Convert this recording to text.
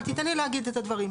אבל תן לי להגיד את הדברים.